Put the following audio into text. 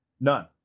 None